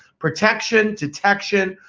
protection, detection,